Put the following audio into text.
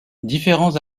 différents